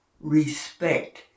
respect